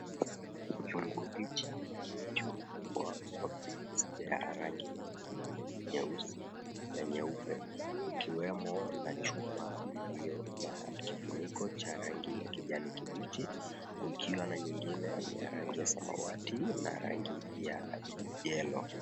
Kiwango hiki kilichofungwa kwa picha ya rangi nyekundu, nyeusi na nyeupe, kukiwemo na chupa iliyo na kifuniko cha rangi ya kijani kibichi, kukiwa na nyingine ya rangi ya samawati na rangi ya yellow .